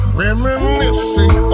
reminiscing